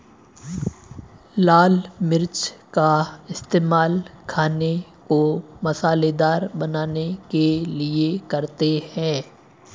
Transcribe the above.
लाल मिर्च का इस्तेमाल खाने को मसालेदार बनाने के लिए करते हैं